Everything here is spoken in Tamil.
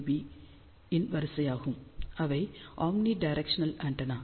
பியின் வரிசையாகும் அவை ஒம்னி டிரெஷ்னல் ஆண்டெனா